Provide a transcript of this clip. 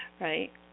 Right